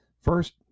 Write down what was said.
first